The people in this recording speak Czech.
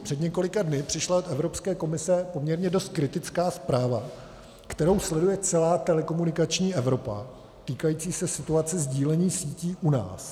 Před několika dny přišla z Evropské komise poměrně dost kritická zpráva, kterou sleduje celá telekomunikační Evropa, týkající se situace sdílení sítí u nás.